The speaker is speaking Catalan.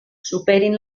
superin